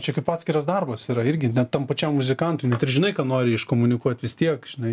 čia kaip atskiras darbas yra irgi net tam pačiam muzikantui net ir žinai ką nori iškomunikuoti vis tiek žinai